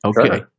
Okay